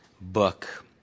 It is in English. book